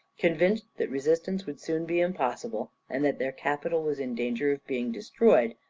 convinced that resistance would soon be impossible, and that their capital was in danger of being destroyed,